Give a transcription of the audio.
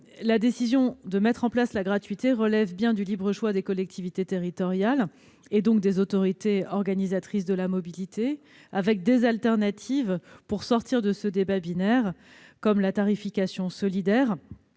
la décision de mettre en place la gratuité relève bien du libre choix des collectivités territoriales- et donc des autorités organisatrices de la mobilité. Des alternatives existent pour sortir de ce débat binaire. Premièrement, la tarification solidaire,